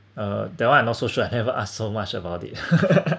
uh that one I not so sure I never ask so much about it